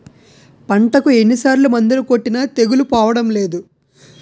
పంటకు ఎన్ని సార్లు మందులు కొట్టినా తెగులు పోవడం లేదు